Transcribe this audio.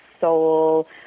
soul